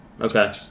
Okay